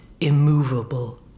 immovable